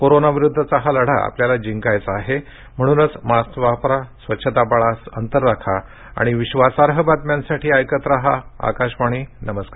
corona विरुद्धचा हा लढा आपल्याला जिंकायचा आहे म्हणूनच मास्क वापरा स्वच्छता पाळा अंतर राखा आणि विश्वासार्ह बातम्यांसाठी ऐकत रहा आकाशवाणी नमरूकार